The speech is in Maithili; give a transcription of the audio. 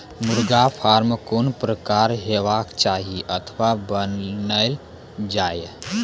मुर्गा फार्म कून प्रकारक हेवाक चाही अथवा बनेल जाये?